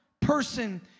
person